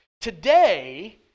Today